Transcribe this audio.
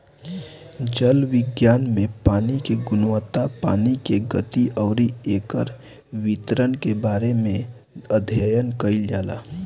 जल विज्ञान में पानी के गुणवत्ता पानी के गति अउरी एकर वितरण के बारे में अध्ययन कईल जाला